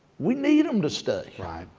we need them to stay. right.